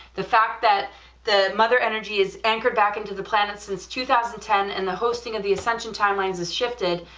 the fact that the mother energy is anchored back into the planet since two thousand and ten, and the hosting of the ascension timelines has shifted,